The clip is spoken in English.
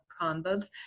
condos